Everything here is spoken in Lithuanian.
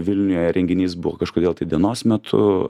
vilniuje renginys buvo kažkodėl tai dienos metu